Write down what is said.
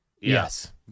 Yes